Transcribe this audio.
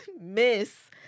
miss